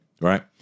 right